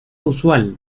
usual